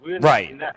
Right